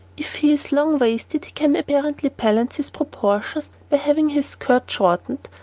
if he is long-waisted he can apparently balance his proportions by having his skirt shortened,